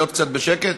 להיות קצת בשקט.